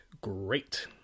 great